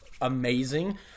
amazing